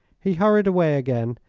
he hurried away again,